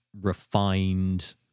refined